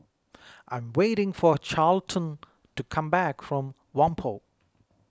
I am waiting for Carleton to come back from Whampoa